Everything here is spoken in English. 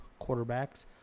quarterbacks